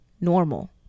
normal